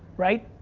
right?